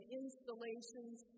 installations